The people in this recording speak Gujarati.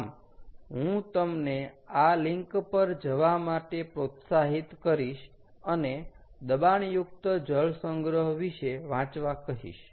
આમ હું તમને આ લિન્ક પર જવા માટે પ્રોત્સાહિત કરીશ અને દબાણયુકત જળ સંગ્રહ વિશે વાંચવા કહીશ